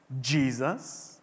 Jesus